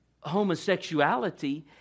homosexuality